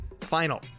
Final